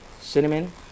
cinnamon